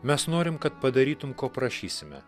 mes norim kad padarytum ko prašysime